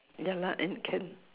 ya lah and can